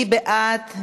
מי בעד?